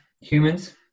humans